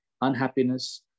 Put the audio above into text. unhappiness